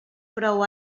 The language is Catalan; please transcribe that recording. prou